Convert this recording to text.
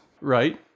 right